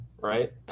right